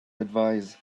advise